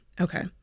Okay